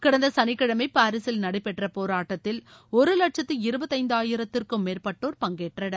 கடந்த சனிக்கிழமை பாரீசில் நடைபெற்ற போராட்டத்தில் ஒரு இருபத்தைந்தாயிரத்துக்கும் மேற்பட்டோர் பங்கேற்றனர்